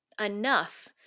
enough